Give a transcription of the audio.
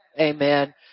Amen